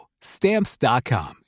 Stamps.com